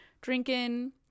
drinking